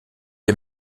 est